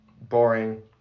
boring